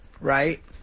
right